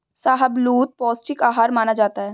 शाहबलूत पौस्टिक आहार माना जाता है